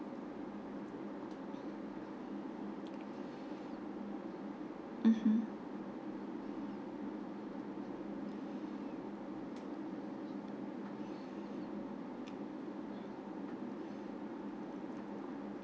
mmhmm